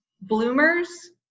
bloomers